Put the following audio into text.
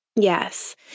Yes